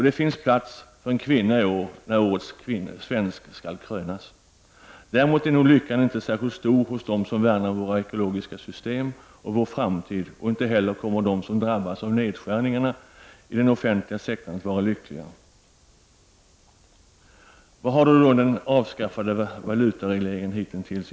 Det finns plats för en kvinna i år när årets svensk skall krönas. Däremot är nog lyckan inte särskilt stor hos dem som värnar om våra ekologiska system och vår framtid och inte heller kommer de som drabbas av nedskärningarna i den offentliga sektorn att vara lyckliga. Vad har då den avskaffade valutaregleringen lett till?